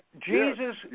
Jesus